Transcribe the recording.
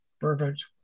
Perfect